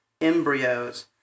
embryos